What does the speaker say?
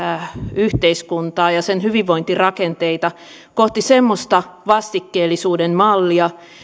yhteiskuntaa ja sen hyvinvointirakenteita kohti semmoista vastikkeellisuuden mallia